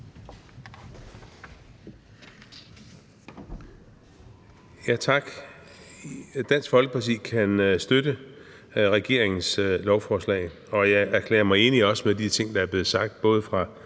Tak. Dansk Folkeparti kan støtte regeringens forslag, og jeg erklærer mig også enig i de ting, der er blevet sagt, både af